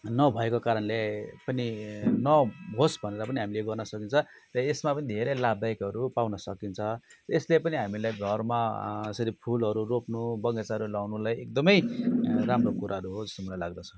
नभएको कारणले पनि नहोस् भनेर पनि हामीले गर्न सकिन्छ र यसमा पनि धेरै लाभदायकहरू पाउन सकिन्छ यस्तै पनि हामीलाई घरमा यसरी फुलहरू रोप्नु बगैँचाहरू लगाउनुलाई एकदमै राम्रो कुराहरू हो जस्तो मलाई लाग्दछ